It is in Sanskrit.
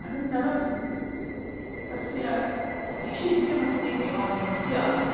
अनन्तरं तस्य वैशिष्ट्यमस्ति देवालयस्य